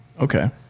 Okay